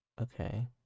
Okay